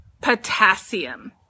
potassium